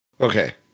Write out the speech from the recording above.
Okay